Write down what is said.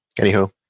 Anywho